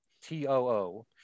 T-O-O